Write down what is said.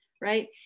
right